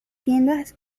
tiendas